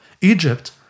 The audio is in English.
Egypt